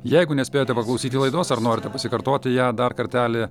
jeigu nespėjote paklausyti laidos ar norite pasikartoti ją dar kartelį